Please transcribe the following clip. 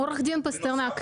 עו"ד פסטרנק,